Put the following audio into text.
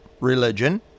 Religion